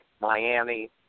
Miami